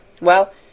Well